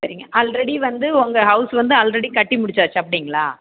சரிங்க ஆல்ரெடி வந்து உங்கள் ஹவுஸ் வந்து ஆல்ரெடி கட்டி முடிச்சாச்சு அப்படிங்களா